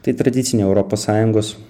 tai tradicinė europos sąjungos